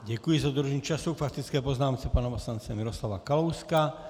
Děkuji za dodržení času k faktické poznámce pana poslance Miroslava Kalouska.